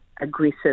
aggressive